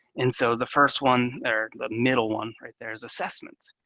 and so the first one, or the middle one right there is assessments.